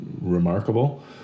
remarkable